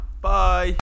Bye